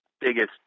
biggest